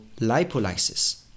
lipolysis